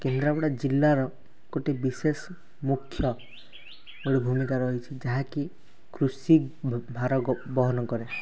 କେନ୍ଦ୍ରାପଡ଼ା ଜିଲ୍ଲାର ଗୋଟେ ବିଶେଷ ମୁଖ୍ୟ ଗୋଟେ ଭୂମିକା ରହିଛି ଯାହାକି କୃଷି ଭାର ବହନ କରେ